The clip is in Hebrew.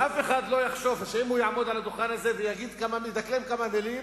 שאף אחד לא יחשוב שאם הוא יעמוד על הדוכן הזה וידקלם כמה מלים,